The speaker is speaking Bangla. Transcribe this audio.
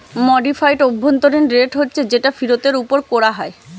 মডিফাইড অভ্যন্তরীণ রেট হচ্ছে যেটা ফিরতের উপর কোরা হয়